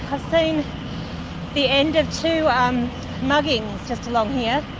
i've seen the end of two um muggings just along here,